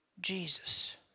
Jesus